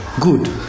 Good